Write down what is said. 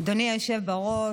היושב-ראש,